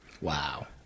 Wow